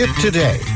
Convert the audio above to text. today